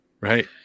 right